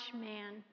man